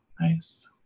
Nice